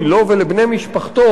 לו ולבני משפחתו,